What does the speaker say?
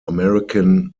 american